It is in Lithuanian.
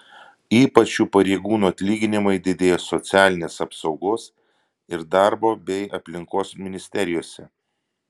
ypač šių pareigūnų atlyginimai didėjo socialinės apsaugos ir darbo bei aplinkos ministerijose